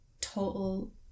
total